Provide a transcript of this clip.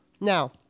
Now